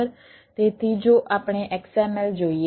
તેથી જો આપણે XML જોઈએ